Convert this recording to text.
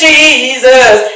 Jesus